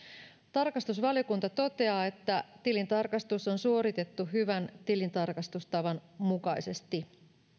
tarkastusvaliokunta toteaa että tilintarkastus on suoritettu hyvän tilintarkastustavan mukaisesti